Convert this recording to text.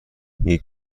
یکی